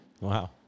Wow